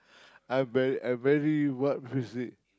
I very I very what to say